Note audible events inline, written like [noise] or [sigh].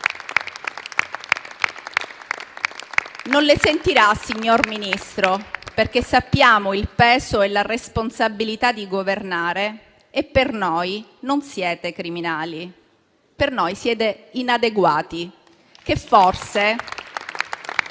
non le sentirà, signor Ministro, perché sappiamo il peso e la responsabilità di governare. Per noi non siete criminali. Per noi siete inadeguati [applause]